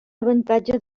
avantatge